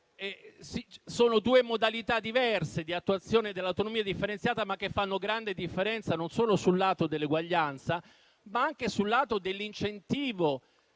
Sono due modalità diverse di attuazione dell'autonomia differenziata, ma che fanno grande differenza non solo sul lato dell'uguaglianza, ma anche sul lato dell'incentivo